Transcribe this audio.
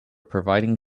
providing